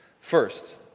First